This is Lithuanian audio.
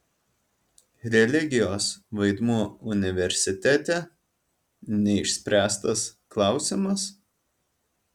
religijos vaidmuo universitete neišspręstas klausimas